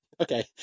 Okay